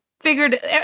figured